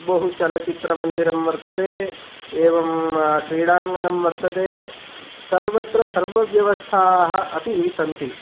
बहुचलचित्रमन्दिरं वर्तते एवं क्रीडाङ्गनं वर्तते सर्वत्र सर्वव्यवस्थाः अपि सन्ति